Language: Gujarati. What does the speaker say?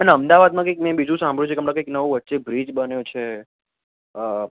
અને અમદાવાદમાં કંઈક મેં બીજું સાંભળ્યું છે કે હમણાં કંઇક નવો વચ્ચે બ્રિજ બન્યો છે